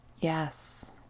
Yes